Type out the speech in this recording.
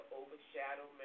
overshadow